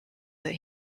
that